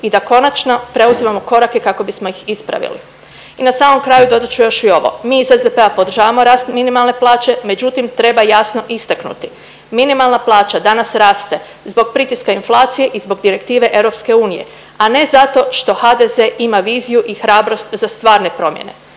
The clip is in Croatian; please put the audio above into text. i da konačno preuzimamo korake kako bismo ih ispravili. I na samom kraju dodat ću još i ovo, mi iz SDP podržavamo rast minimalne plaće, međutim treba jasno istaknuti minimalna plaća danas raste zbog pritiska inflacije i zbog direktive EU, a ne zato što HDZ ima viziju i hrabrost za stvarne promjene,